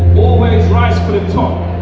always rise for the top